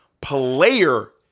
player